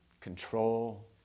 control